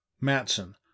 Matson